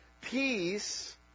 peace